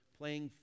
playing